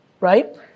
right